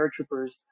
paratroopers